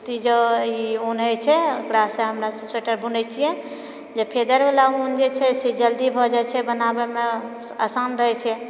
सुती जे ई ऊन होइ छै ओकरासँ हमरा स्वीटर बुनै छियै जे फेदरवला ऊन जे छै से जल्दी भए जाइ छै बनाबैमे आसान रहै छै